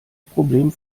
problem